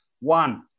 One